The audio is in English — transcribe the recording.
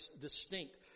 distinct